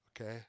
Okay